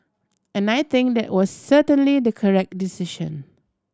and I think that was certainly the correct decision